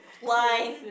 whine